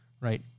right